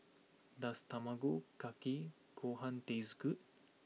does Tamago Kake Gohan taste good